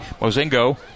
Mozingo